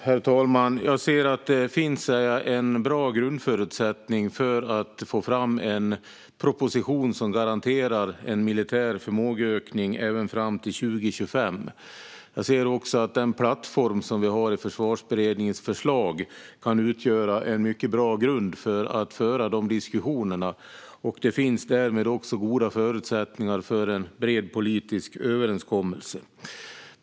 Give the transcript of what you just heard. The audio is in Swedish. Herr talman! Jag ser att det finns en bra grundförutsättning för att få fram en proposition som garanterar en militär förmågeökning även fram till 2025. Jag ser också att den plattform som vi har i Försvarsberedningens förslag kan utgöra en mycket bra grund för att föra dessa diskussioner. Det finns därmed också goda förutsättningar för en bred politisk överenskommelse.